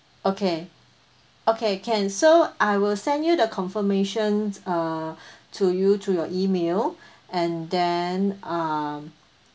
okay okay can so I will send you the confirmation uh to you to your email and then and um